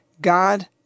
God